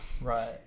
Right